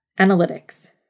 analytics